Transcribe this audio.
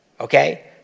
Okay